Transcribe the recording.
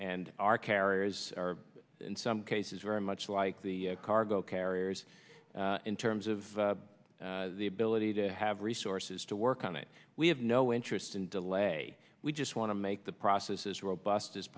and our carriers are in some cases very much like the cargo carriers in terms of the ability to have resources to work on it we have no interest in delay we just want to make the process as robust as